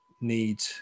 need